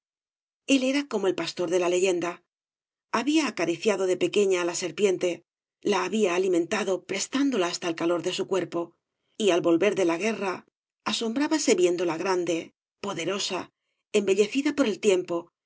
el era como el pastor de la leyenda había acariciado de pequeña á la serpiente la había alimentado prestándola hasta el calor de su cuerpo y al volver de la guerra asombrábase viéndola grande poderosa embellecida por el tiempo